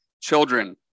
children